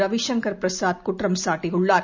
ரவி சங்கர் பிரசாத் குற்றம் சாட்டியுள்ளார்